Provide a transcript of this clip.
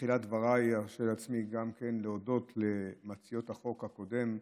בתחילת דבריי ארשה לעצמי גם כן להודות למציעות החוק הקודם,